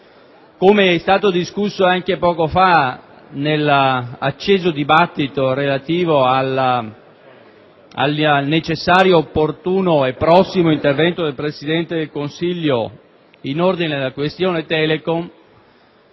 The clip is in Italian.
Come già è stato argomentato anche poco fa, nell'acceso dibattito relativo al necessario, opportuno e prossimo intervento del Presidente del Consiglio sulla vicenda Telecom,